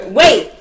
wait